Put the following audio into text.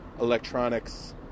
electronics